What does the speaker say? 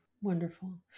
Wonderful